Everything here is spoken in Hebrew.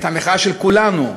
את המחאה של כולנו,